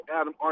Adam